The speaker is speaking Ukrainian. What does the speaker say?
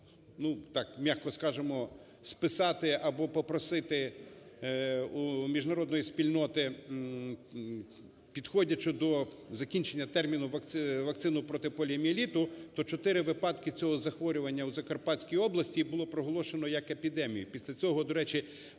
м'яко скажемо, списати або попросити у міжнародної спільноти, підходячи до закінчення терміну вакцини проти поліомієліту, то чотири випадки цього захворювання у Закарпатській області було проголошено як епідемію. Після цього, до речі,